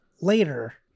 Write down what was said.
later